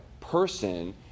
person